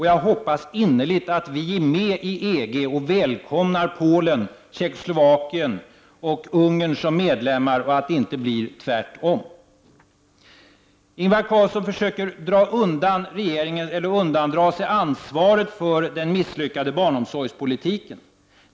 Jag hoppas innerligt att vi är med i EG och välkomnar Polen, Tjeckoslovakien och Ungern som medlemmar och att det inte blir tvärtom. Ingvar Carlsson försöker undandra sig ansvaret för den misslyckade barnomsorgspolitiken.